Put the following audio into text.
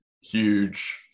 huge